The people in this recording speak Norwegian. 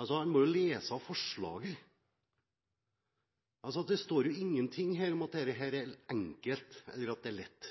Han må jo lese forslaget. Det står ingenting her om at dette er enkelt eller at det er lett.